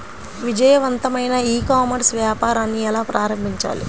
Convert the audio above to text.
విజయవంతమైన ecommerce వ్యాపారాన్ని ఎలా ప్రారంభించాలి?